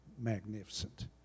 magnificent